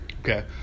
okay